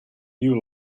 nieuw